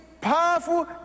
powerful